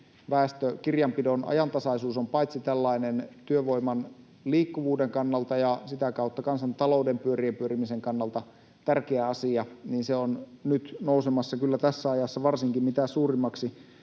väestökirjanpidon ajantasaisuus on paitsi työvoiman liikkuvuuden kannalta ja sitä kautta kansantalouden pyörien pyörimisen kannalta tärkeä asia, se on nyt nousemassa varsinkin tässä ajassa myös mitä suurimmaksi